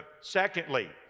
secondly